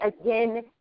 again